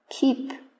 keep